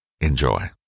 Enjoy